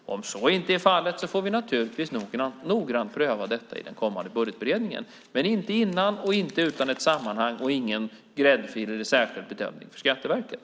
Om så inte är fallet får vi naturligtvis noggrant pröva detta i den kommande budgetberedningen, men inte innan och inte utan ett sammanhang. Det är ingen gräddfil och ingen särskild bedömning för Skatteverket.